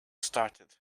started